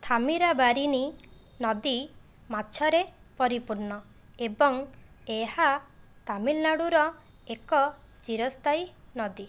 ଥାମିରାବାରାନୀ ନଦୀ ମାଛରେ ପରିପୂର୍ଣ୍ଣ ଏବଂ ଏହା ତାମିଲନାଡ଼ୁର ଏକ ଚିରସ୍ଥାୟୀ ନଦୀ